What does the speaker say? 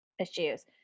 issues